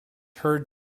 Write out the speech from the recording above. heard